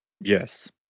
Yes